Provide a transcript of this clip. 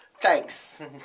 thanks